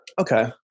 Okay